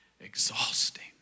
exhausting